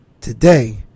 Today